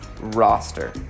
roster